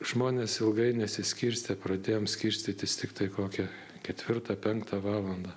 žmonės ilgai nesiskirstė pradėjom skirstytis tiktai kokią ketvirtą penktą valandą